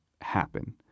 happen